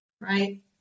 right